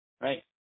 right